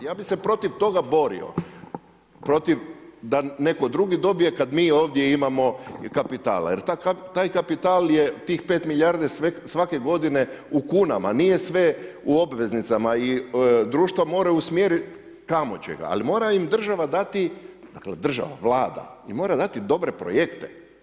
Ja bi se protiv toga borio, protiv da netko drugi dobije kad mi ovdje imamo kapitala jer taj kapital je, tih 5 milijardi je svake godine u kunama, nije sve u obveznicama, i društva moraju usmjeriti kamo će ga, ali mora im država dati, dakle država, Vlada, mora dati dobre projekte.